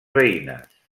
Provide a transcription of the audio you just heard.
veïnes